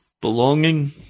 belonging